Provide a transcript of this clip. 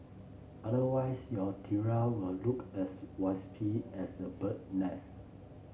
otherwise your tiara will look as wispy as a bird nest